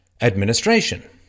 administration